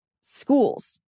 Schools